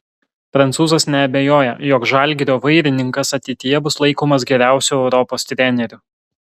prancūzas neabejoja jog žalgirio vairininkas ateityje bus laikomas geriausiu europos treneriu